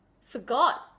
forgot